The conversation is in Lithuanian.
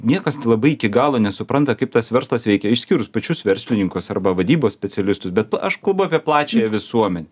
niekas labai iki galo nesupranta kaip tas verslas veikia išskyrus pačius verslininkus arba vadybos specialistus bet aš kalbu apie plačiąją visuomenę